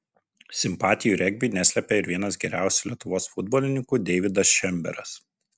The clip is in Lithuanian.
simpatijų regbiui neslėpė ir vienas geriausių lietuvos futbolininkų deividas šemberas